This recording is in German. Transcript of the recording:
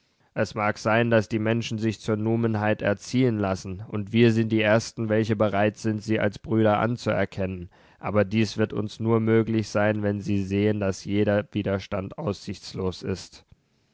es mag sein daß die menschen sich zur numenheit erziehen lassen und wir sind die ersten welche bereit sind sie als brüder anzuerkennen aber dies wird uns nur möglich sein wenn sie sehen daß jeder widerstand aussichtslos ist